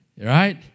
right